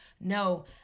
No